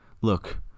Look